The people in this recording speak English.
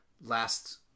Last